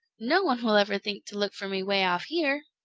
no one will ever think to look for me way off here.